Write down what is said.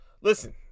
Listen